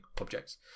objects